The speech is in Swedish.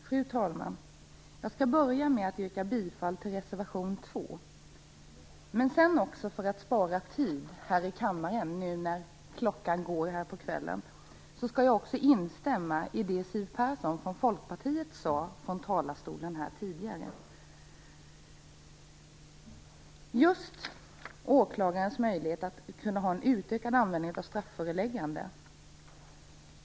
Fru talman! Jag skall börja med att yrka bifall till reservation 2. För att spara tid här i kammaren nu när klockan går här på kvällen skall jag också instämma i det Siw Persson från Folkpartiet sade härifrån talarstolen. Vid strafföreläggande fullgör polis och åklagare såväl den brottsutredande som den dömande funktionen.